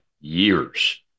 years